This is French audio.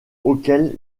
auxquels